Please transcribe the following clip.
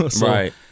Right